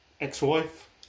ex-wife